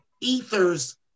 ethers